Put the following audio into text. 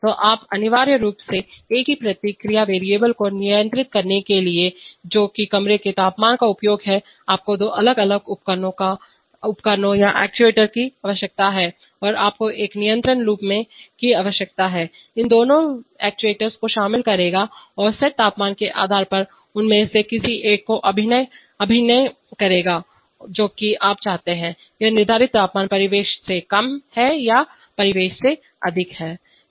तो आप अनिवार्य रूप से एक ही प्रक्रिया वेरिएबल को नियंत्रित करने के लिए जो कि कमरे के तापमान का उपयोग है आपको दो अलग अलग उपकरणों या एक्चुएटर्स की आवश्यकता है और आपको एक नियंत्रण लूप की आवश्यकता है जो इन दोनों एक्ट्यूएटर्स को शामिल करेगा और सेट तापमान के आधार पर उनमें से किसी एक को अभिनय करेगा जो कि आप चाहते हैं यह निर्धारित तापमान परिवेश से कम है या यह परिवेश से अधिक है